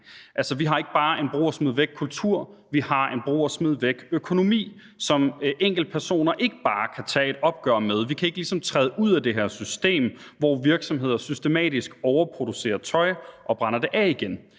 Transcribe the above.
Altså, vi har ikke bare en brug og smid væk-kultur, men vi har også en brug og smid væk-økonomi, som enkeltpersoner ikke bare kan tage et opgør med. Vi kan ligesom ikke træde ud af det her system, hvor virksomheder systematisk overproducerer tøj og brænder det af igen.